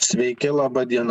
sveiki laba diena